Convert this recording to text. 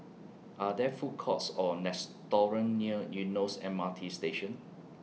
Are There Food Courts Or restaurants near Eunos M R T Station